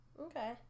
Okay